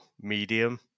medium